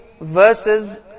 Verses